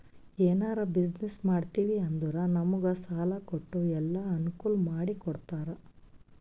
ಎನಾರೇ ಬಿಸಿನ್ನೆಸ್ ಮಾಡ್ತಿವಿ ಅಂದುರ್ ನಮುಗ್ ಸಾಲಾ ಕೊಟ್ಟು ಎಲ್ಲಾ ಅನ್ಕೂಲ್ ಮಾಡಿ ಕೊಡ್ತಾರ್